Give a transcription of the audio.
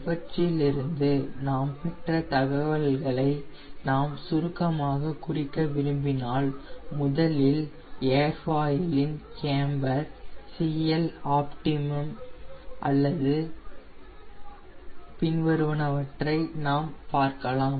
இவற்றிலிருந்து நாம் பெற்ற தகவல்களை நாம் சுருக்கமாக குறிக்க விரும்பினால் முதலில் ஏர்ஃபாயிலின் கேம்பர் CL ஆப்டிமம் அல்லது நாம் பார்க்கலாம்